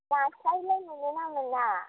नास्राइलाय मोनो ना मोना